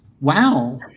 Wow